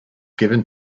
given